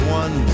one